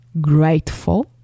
Grateful